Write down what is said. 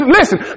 listen